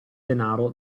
denaro